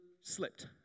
slipped